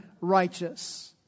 righteous